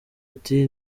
ati